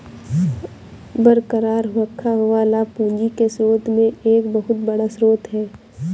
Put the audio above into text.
बरकरार रखा हुआ लाभ पूंजी के स्रोत में एक बहुत बड़ा स्रोत है